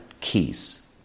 keys